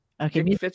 okay